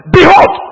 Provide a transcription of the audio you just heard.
Behold